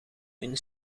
een